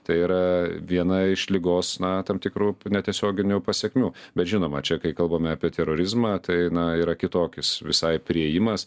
tai yra viena iš ligos na tam tikrų netiesioginių pasekmių bet žinoma čia kai kalbame apie terorizmą tai na yra kitokis visai priėjimas